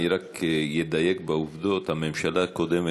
אני רק אדייק בעובדות: הממשלה הקודמת,